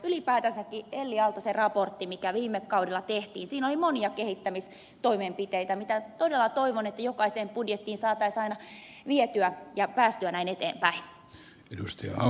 ylipäätänsäkin elli aaltosen raportissa mikä viime kaudella tehtiin oli monia kehittämistoimenpiteitä ja todella toivon että jokaiseen budjettiin saataisiin niitä aina vietyä ja päästyä näin eteenpäin